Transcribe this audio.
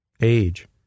age